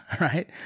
right